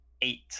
eight